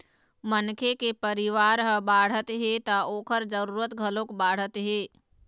मनखे के परिवार ह बाढ़त हे त ओखर जरूरत घलोक बाढ़त हे